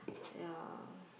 ya